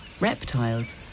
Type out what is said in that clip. Reptiles